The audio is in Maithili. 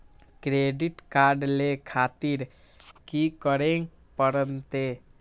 क्रेडिट कार्ड ले खातिर की करें परतें?